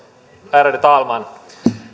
ärade talman